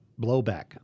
blowback